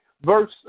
Verse